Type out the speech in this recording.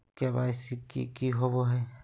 KYC की होबो है?